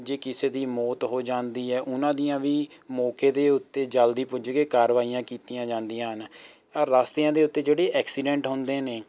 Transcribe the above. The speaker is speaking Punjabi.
ਜੇ ਕਿਸੇ ਦੀ ਮੌਤ ਹੋ ਜਾਂਦੀ ਹੈ ਉਹਨਾਂ ਦੀਆਂ ਵੀ ਮੌਕੇ ਦੇ ਉੱਤੇ ਜਲਦੀ ਪੁੱਜ ਕੇ ਕਾਰਵਾਈਆਂ ਕੀਤੀਆਂ ਜਾਂਦੀਆਂ ਹਨ ਆਹ ਰਾਸਤਿਆਂ ਦੇ ਉੱਤੇ ਜਿਹੜੇ ਐਕਸੀਡੈਂਟ ਹੁੰਦੇ ਨੇ